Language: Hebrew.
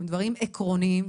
דברים עקרוניים.